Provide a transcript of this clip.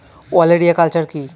ওলেরিয়া কালচার কি?